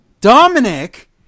Dominic